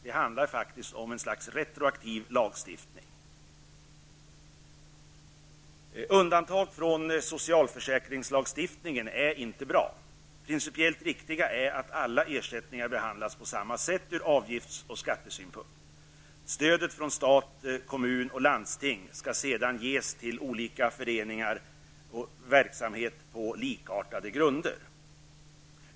Det handlar faktiskt om ett slags retroaktiv lagstiftning. Undantag från socialförsäkringslagsstiftningen är inte bra. Det principiellt riktiga är att alla ersättningar behandlas på samma sätt ur avgiftsoch skattesynpunkt. Stöd från stat, kommun och landsting skall sedan ges till olika föreningar och verksamheter på likartade grunder.